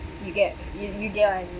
you get you you get what I mean